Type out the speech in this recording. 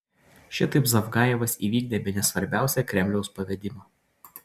šitaip zavgajevas įvykdė bene svarbiausią kremliaus pavedimą